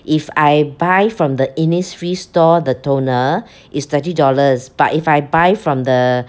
if I buy from the Innisfree store the toner is thirty dollars but if I buy from the